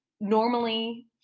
normally